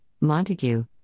Montague